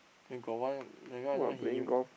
then got one that guy I don't he em~